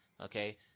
Okay